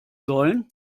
sollen